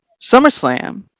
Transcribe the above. SummerSlam